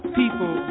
people